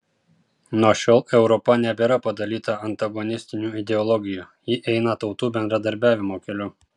nuo šiol europa nebėra padalyta antagonistinių ideologijų ji eina tautų bendradarbiavimo keliu